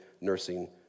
nursing